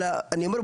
אלא אני אומר,